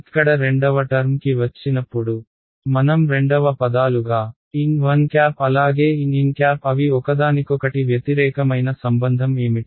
ఇక్కడ రెండవ టర్మ్ కి వచ్చినప్పుడు మనం రెండవ పదాలుగా n1 అలాగే nn అవి ఒకదానికొకటి వ్యతిరేకమైన సంబంధం ఏమిటి